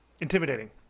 intimidating